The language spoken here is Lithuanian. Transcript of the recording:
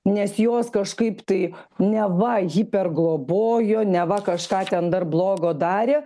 nes jos kažkaip tai neva jį perglobojo neva kažką ten dar blogo darė